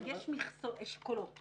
יש אשכולות